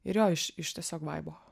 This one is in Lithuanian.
ir jo iš tiesiog vaibo